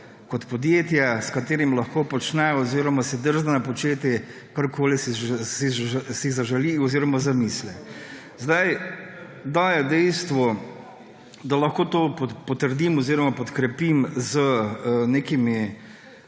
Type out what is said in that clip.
kot podjetje, s katerim lahko počne oziroma si drzne početi, karkoli si zaželi oziroma zamisli. Da je dejstvo, da lahko to potrdim oziroma podkrepim z nekimi